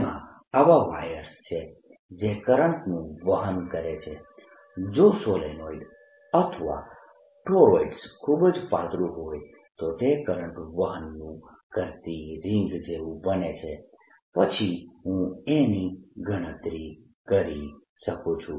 તેમાં આવા વાયર્સ છે જે કરંટનું વહન કરે છે જો સોલેનોઇડ અથવા ટોરોઇડ ખૂબ જ પાતળું હોય તો તે કરંટ વહનનું કરતી રીંગ જેવું બને છે પછી હું A ની ગણતરી કરી શકું છું